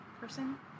person